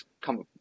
come